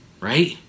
right